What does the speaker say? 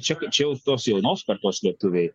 čia čia jau tos jaunos kartos lietuviai